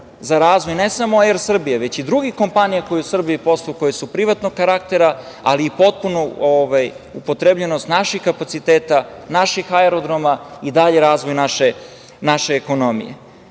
za razvoj ne samo „Er Srbije“ već i drugih kompanija koje u Srbiji posluju a koje su privatnog karaktera, ali i potpunu upotrebljenost naših kapaciteta, naših aerodroma i dalji razvoj naše ekonomije.U